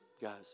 guys